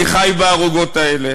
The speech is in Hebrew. אני חי בערוגות האלה,